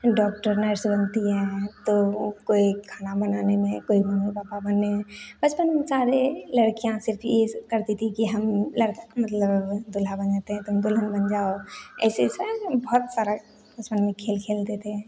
doctor nurse बनती हैं तो कोई खाना बनाने में कोई मम्मी पापा बनने बचपन में सारे लड़कियाँ सिर्फ करती थी कि हम मतलब दुल्हा बन जाते हैं तुम दुल्हन बन जाओ ऐसे ही बहुत सारा बचपन में खेल खेलते थे